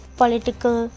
political